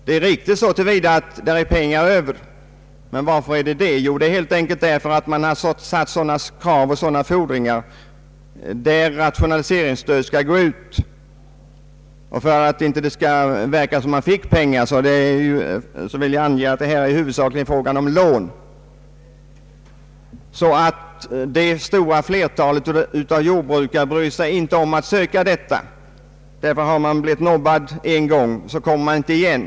Det är riktigt så till vida att det finns pengar kvar, men detta beror på att det har uppställts sådana krav och fordringar för att rationaliseringsstöd skall utgå — för övrigt är det här huvudsakligen fråga om lån — att det stora flertalet jordbrukare inte bryr sig om att ansöka om stöd. Om man har blivit nobbad en gång kommer man inte igen.